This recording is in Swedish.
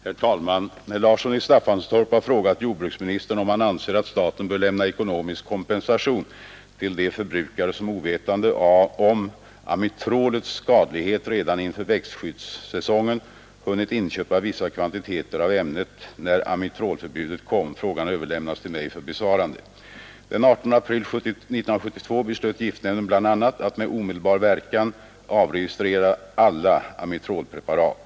Herr talman! Herr Larsson i Staffanstorp har frågat jordbruksministern om han anser att staten bör lämna ekonomisk kompensation till de förbrukare som ovetande om amitrolets skadlighet redan inför växtskyddssäsongen hunnit inköpa vissa kvantiteter av ämnet när amitrolförbudet kom. Frågan har överlämnats till mig för besvarande. Den 18 april 1972 beslöt giftnämnden bl.a. att med omedelbar verkan avregistrera alla amitrolpreparat.